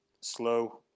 slow